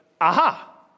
aha